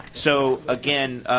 so again,